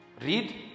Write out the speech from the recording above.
Read